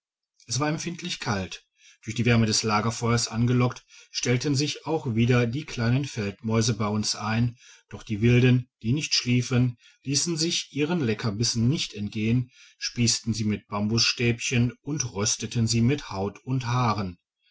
es war empfindlich kalt durch die wärme des lagerfeuers angelockt stellten sich auch wieder die kleinen feldmäuse bei uns ein doch die wilden die nicht schliefen hessen sich ihren leckerbissen nicht entgehen spiessten sie auf bambusstäbchen und rösteten sie mit haut und haaren